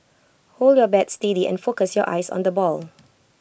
hold your bat steady and focus your eyes on the ball